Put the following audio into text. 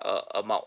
uh amount